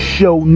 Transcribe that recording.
Show